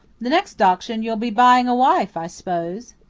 the next auction you'll be buying a wife, i s'pose?